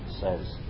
says